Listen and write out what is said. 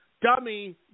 Dummy